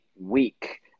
week